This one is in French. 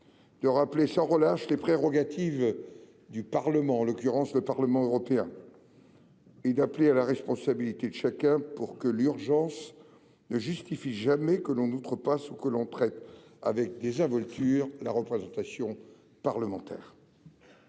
de rappeler sans relâche les prérogatives du Parlement européen et d'appeler à la responsabilité de chacun, pour que l'urgence ne justifie jamais que l'on outrepasse ou que l'on traite avec désinvolture la représentation parlementaire.